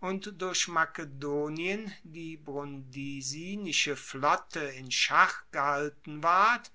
und durch makedonien die brundisinische flotte in schach gehalten ward